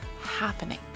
happening